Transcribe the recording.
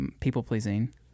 people-pleasing